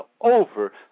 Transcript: over